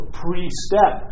pre-step